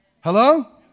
Hello